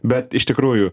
bet iš tikrųjų